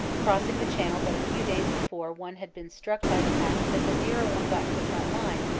crossing the channel but few days before one had been struck by the fact that the nearer one got to the front line,